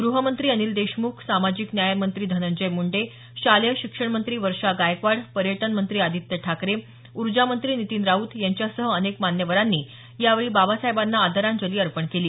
ग्रहमंत्री अनिल देशमुख सामाजिक न्याय मंत्री धनंजय मुंडे शालेय शिक्षणमंत्री वर्षा गायकवाड पर्यटन मंत्री आदित्य ठाकरे ऊर्जा मंत्री नितीन राऊत यांच्यासह अनेक मान्यवरांनी यावेळी बाबासाहेबांना आदरांजली अर्पण केली